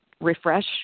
refresh